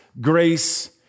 grace